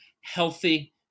healthy